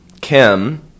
Kim